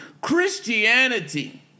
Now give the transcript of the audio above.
christianity